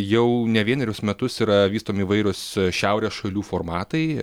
jau ne vienerius metus yra vystomi įvairūs šiaurės šalių formatai